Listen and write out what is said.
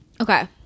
okay